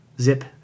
zip